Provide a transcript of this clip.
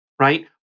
Right